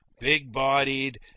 big-bodied